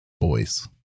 boys